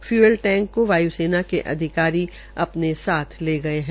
fuel tank को वायुसेना के अधिकारी अपने साथ ले गये है